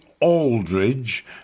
Aldridge